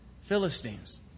Philistines